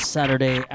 Saturday